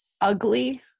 ugly